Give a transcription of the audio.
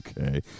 Okay